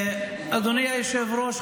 אדוני היושב-ראש,